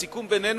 הסיכום בינינו,